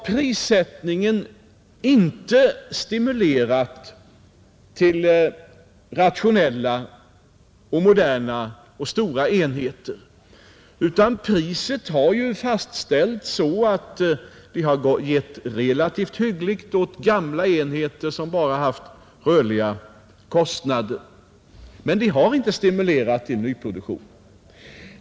Prissättningen har inte stimulerat till tillkomsten av rationella, moderna och stora enheter, utan priset har fastställts så att det har givit relativt hyggligt åt gamla enheter, som bara har haft rörliga kostnader, men det har inte stimulerat till nyproduktion.